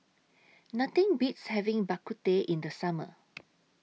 Nothing Beats having Bak Kut Teh in The Summer